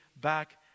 back